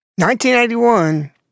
1981